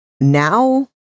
Now